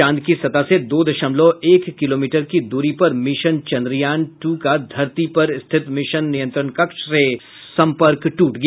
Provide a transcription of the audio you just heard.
चांद की सतह से दो दशमलव एक किलोमीटर की दूरी पर मिशन चंद्रयान टू का धरती पर स्थित मिशन नियंत्रण कक्ष से संपर्क ट्रट गया